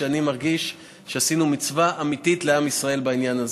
ואני מרגיש שעשינו מצווה אמיתית לעם ישראל בעניין הזה,